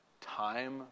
time